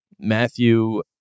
Matthew